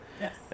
Yes